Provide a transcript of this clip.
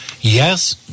Yes